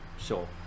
Sure